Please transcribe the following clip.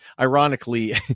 ironically